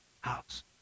house